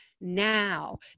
now